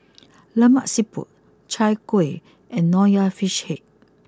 Lemak Siput Chai Kueh and Nonya Fish Head